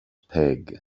peg